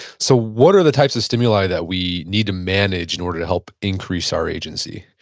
so what are the types of stimuli that we need to manage in order to help increase our agency?